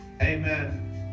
Amen